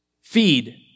feed